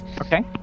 Okay